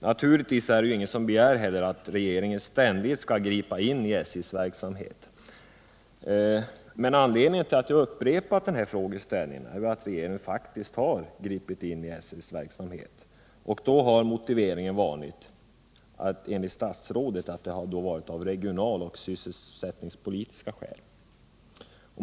Naturligtvis är det ingen som heller begär att regeringen ständigt skall gripa in i SJ:s verksamhet. Men anledningen till att jag på nytt för fram denna frågeställning är att regeringen faktiskt har gripit in i SJ:s verksamhet och därvid har motiveringen enligt statsrådet varit regionaloch sysselsättningspolitiska skäl.